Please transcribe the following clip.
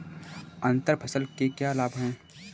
अंतर फसल के क्या लाभ हैं?